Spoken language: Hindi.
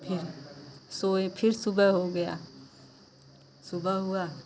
फिर सोए फिर सुबह हो गया सुबह हुआ